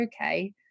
okay